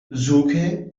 suche